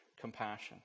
compassion